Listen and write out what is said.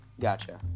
Gotcha